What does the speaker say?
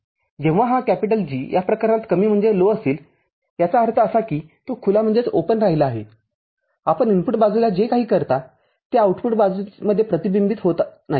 जेव्हा हा G या प्रकरणात कमी असेल याचा अर्थ असा की तो खुला राहिला आहे आपण इनपुट बाजूला जे काही करता ते आउटपुट बाजूंमध्ये प्रतिबिंबित होत नाही